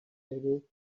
able